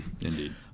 indeed